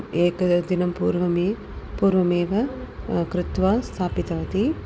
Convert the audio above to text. एकं दिनं पूर्वमी पूर्वमेव कृत्वा स्थापितवती